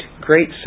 great